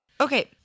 Okay